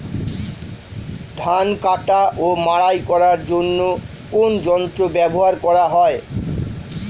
ধান কাটা ও মাড়াই করার জন্য কোন যন্ত্র ব্যবহার করা হয়?